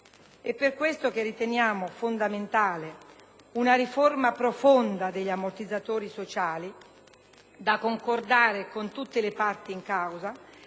È per questo che riteniamo fondamentale una riforma profonda degli ammortizzatori sociali, da concordare con tutte le parti in causa,